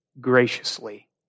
graciously